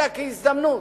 אלא כהזדמנות.